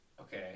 Okay